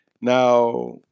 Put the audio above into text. Now